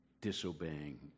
disobeying